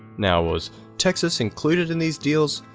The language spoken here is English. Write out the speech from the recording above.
now, was texas included in these deals?